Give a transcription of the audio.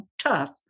tough